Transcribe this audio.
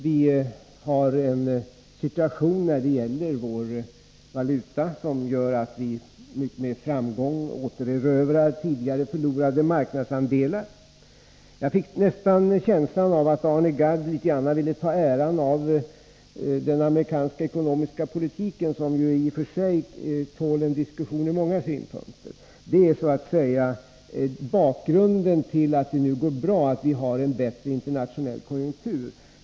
Den svenska valutasituationen innebär att vi med framgång återerövrar tidigare förlorade marknadsandelar. Jag fick nästan en känsla av att Arne Gadd vill ta åt sig äran av den amerikanska ekonomiska politiken, som i och för sig tål en diskussion från många synpunkter. En orsak till att det nu går bra är den förbättrade internationella konjunkturen.